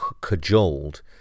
cajoled